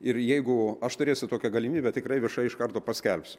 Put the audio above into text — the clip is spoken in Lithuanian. ir jeigu aš turėsiu tokią galimybę tikrai viešai iš karto paskelbsiu